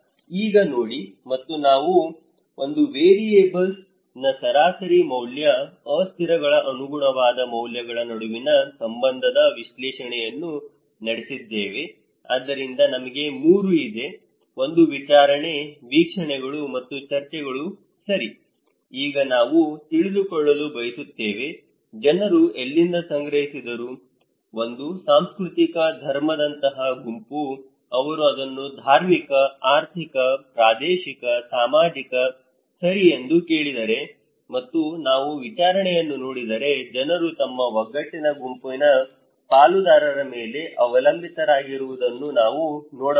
ಆದ್ದರಿಂದ ಈಗ ನೋಡಿ ಮತ್ತು ನಾವು ಒಂದು ವೇರಿಯಬಲ್ನ ಸರಾಸರಿ ಮೌಲ್ಯ ಅಸ್ಥಿರಗಳ ಅನುಗುಣವಾದ ಮೌಲ್ಯಗಳ ನಡುವಿನ ಸಂಬಂಧದ ವಿಶ್ಲೇಷಣೆಯನ್ನು ನಡೆಸಿದ್ದೇವೆ ಆದ್ದರಿಂದ ನಮಗೆ ಮೂರು ಇದೆ ಒಂದು ವಿಚಾರಣೆ ವೀಕ್ಷಣೆಗಳು ಮತ್ತು ಚರ್ಚೆಗಳು ಸರಿ ಈಗ ನಾವು ತಿಳಿದುಕೊಳ್ಳಲು ಬಯಸುತ್ತೇವೆ ಜನರು ಎಲ್ಲಿಂದ ಸಂಗ್ರಹಿಸಿದರು ಒಂದು ಸಾಂಸ್ಕೃತಿಕ ಧರ್ಮದಂತಹ ಗುಂಪು ಅವರು ಅದನ್ನು ಧಾರ್ಮಿಕ ಆರ್ಥಿಕ ಪ್ರಾದೇಶಿಕ ಸಾಮಾಜಿಕ ಸರಿ ಎಂದು ಕೇಳಿದರೆ ಮತ್ತು ನಾವು ವಿಚಾರಣೆಯನ್ನು ನೋಡಿದರೆ ಜನರು ತಮ್ಮ ಒಗ್ಗಟ್ಟಿನ ಗುಂಪಿನ ಪಾಲುದಾರರ ಮೇಲೆ ಅವಲಂಬಿತರಾಗಿರುವುದನ್ನು ನಾವು ನೋಡಬಹುದು